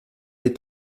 est